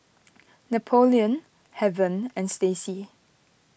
Napoleon Heaven and Stacy